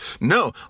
no